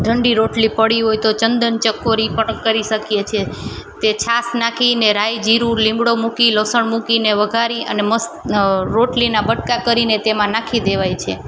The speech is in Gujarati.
ઠંડી રોટલી પડી હોય તો ચંદન ચકોરી પણ કરી શકીએ છીએ તે છાશ નાખીને રાઈ જીરું લીમડો મૂકી લસણ મૂકીને વઘારી અને મસ્ત રોટલીના બટકા કરીને તેમાં નાખી દેવાય છે